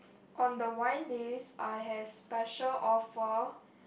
on the wine days I have special offer